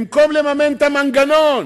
במקום לממן את המנגנון,